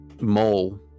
Mole